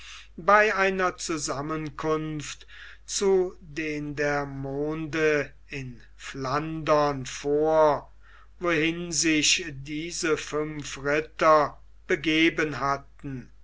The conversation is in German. bei einer zusammenkunft zu dendermonde in flandern vor wohin sich diese fünf ritter begeben hatten